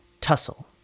tussle